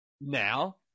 Now